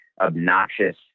obnoxious